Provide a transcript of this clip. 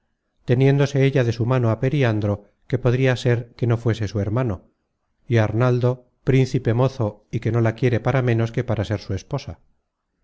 engañar teniéndose ella de su mano á periandro que podria ser que no fuese su hermano y arnaldo príncipe mozo y que no la quiere para ménos que para ser su esposa